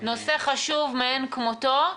נושא חשוב מאין כמותו.